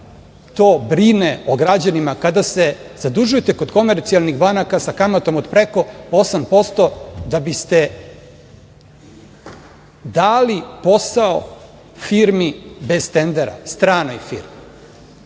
to brine o građanima kada se zadužujete kog komercijalnih banaka sa kamatom od preko 8% da bi ste dali posao firmi bez tendera, stranoj firmi? Samo